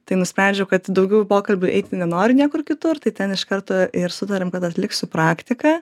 tai nusprendžiau kad į daugiau pokalbių eiti nenoriu niekur kitur tai ten iš karto ir sutarėm kad atliksiu praktiką